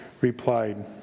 replied